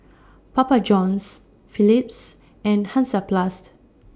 Papa Johns Philips and Hansaplast